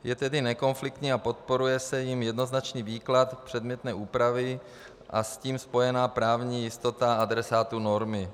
Je tedy nekonfliktní a podporuje se jím jednoznačný výklad předmětné úpravy a s tím spojená právní jistota adresátů normy.